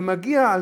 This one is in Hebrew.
זה מגיע,